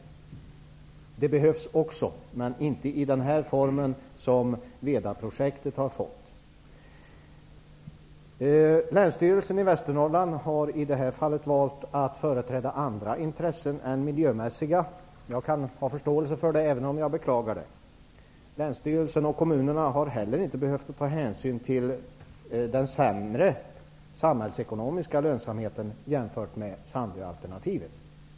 Sådana behövs också, men inte i den form som Vedaprojektet har fått. Länsstyrelsen i Västernorrland har i detta fall valt att företräda andra intressen än de miljömässiga. Jag kan ha förståelse för det, även om jag beklagar det. Länsstyrelsen och kommunerna har heller inte behövt ta hänsyn till Vedaprojektets sämre samhällsekonomiska lönsamhet i jämförelse med Sandöalternativet.